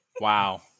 Wow